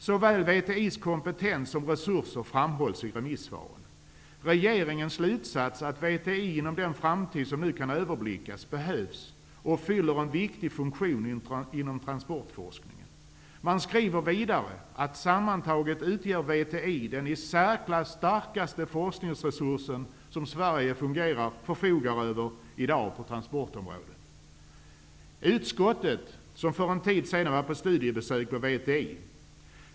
Såväl VTI:s kompetens som VTI:s resurser framhålls i remissvaren. Regeringens slutsats är att VTI inom den framtid som nu kan överblickas behövs och fyller en viktig funktion inom transportforskningen. Vidare skriver man: Sammantaget utgör VTI den i särklass starkaste forskningsresurs som Sverige förfogar över i dag på transportområdet. Utskottet var för en tid sedan på studiebesök på VTI.